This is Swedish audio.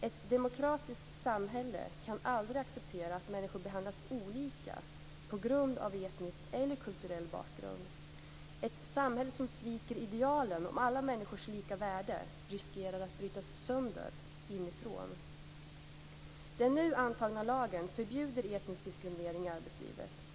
Ett demokratiskt samhälle kan aldrig acceptera att människor behandlas olika på grund av etnisk eller kulturell bakgrund. Ett samhälle som sviker idealen om alla människors lika värde riskerar att brytas sönder inifrån. Den nu antagna lagen förbjuder etnisk diskriminering i arbetslivet.